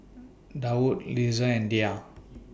Daud Lisa and Dhia